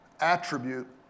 attribute